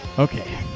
Okay